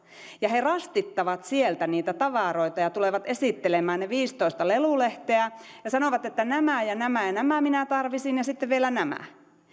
ja he rastittavat sieltä niitä tavaroita ja tulevat esittelemään ne viisitoista lelulehteä ja sanovat että nämä ja nämä ja nämä minä tarvitsisin ja sitten vielä nämä